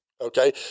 Okay